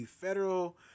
federal